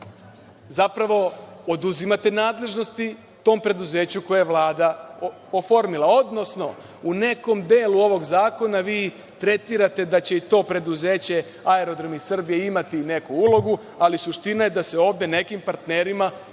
zapravo, oduzimate nadležnosti tom preduzeću koje je Vlada oformila, odnosno u nekom delu ovog zakona vi tretirate da će i to preduzeće Aerodromi Srbije imati neku ulogu, ali suština je da se ovde nekim partnerima